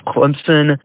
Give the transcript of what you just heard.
Clemson